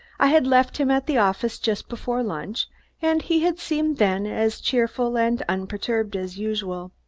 i had left him at the office just before lunch and he had seemed then as cheerful and unperturbed as usual.